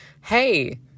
hey